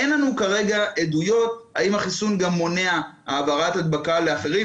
אין לנו כרגע עדויות האם החיסון גם מונע העברת הדבקה לאחרים,